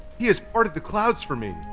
he has parted the clouds for me!